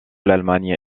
l’allemagne